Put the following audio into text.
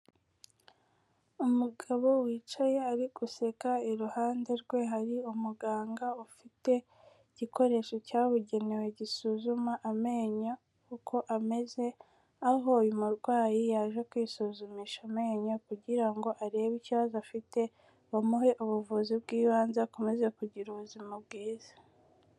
Umugabo wicaye ari useka, iruhande rwe hari umuganga ufite igikoresho cyabugenewe gisuzuma amenyo uko ameze, aho uyu murwayi yaje kwisuzumisha amenyo kugira ngo arebe ikibazo afite, bamuhe ubuvuzi bw'ibanze akomeze kugira ubuzima bwiza.